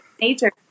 nature